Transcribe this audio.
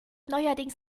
neuerdings